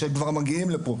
שכבר מגיעים לפה,